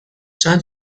چند